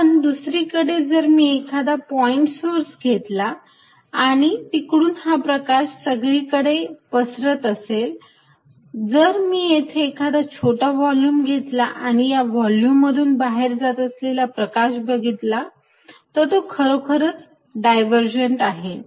पण दुसरीकडे जर मी एखादा पॉईंट सोर्स घेतला आणि तिकडून हा प्रकाश सगळीकडे पसरत असेल जर मी येथे आता एखादा छोटा व्हॉल्युम घेतला आणि या व्हॉल्युम मधून बाहेर जात असलेला प्रकाश बघितला तर तो खरोखरच डायव्हरजन्ट आहे